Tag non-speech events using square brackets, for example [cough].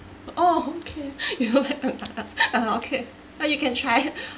oh okay [laughs] [noise] ah okay you can try [laughs]